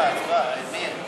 הצבעה, הצבעה.